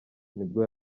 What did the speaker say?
nibwo